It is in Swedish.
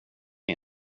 mig